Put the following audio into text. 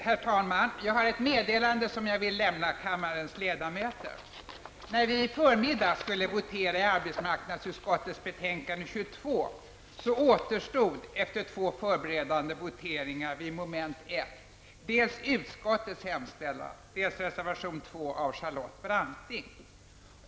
Herr talman! Jag har ett meddelande som jag vill lämna kammarens ledamöter. När vi i förmiddags skulle votera i arbetsmarknadsutskottets betänkande nr 22 återstod efter två förberedande voteringar vid mom. 1 dels utskottets hemställan, dels reservation 2 av Charlotte Branting.